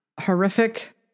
horrific